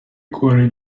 ukuntu